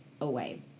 away